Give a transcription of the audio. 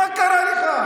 מה קרה לך?